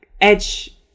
edge